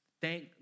Thank